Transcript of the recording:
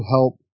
help